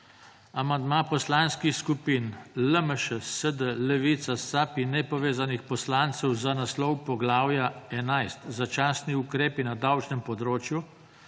Amandma poslanskih skupin LMŠ, SD, Levica, SAB in Nepovezanih poslancev za naslov poglavja 11 začasni ukrepi na davčnem področju